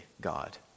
God